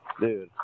Dude